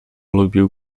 lubił